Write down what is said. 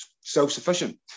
self-sufficient